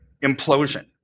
implosion